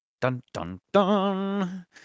Dun-dun-dun